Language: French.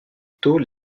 tôt